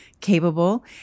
capable